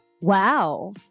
Wow